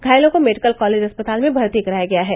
घायलों को medical college अस्पताल में भर्ती कराया गया है